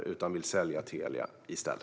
I stället vill ni sälja Telia.